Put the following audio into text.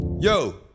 Yo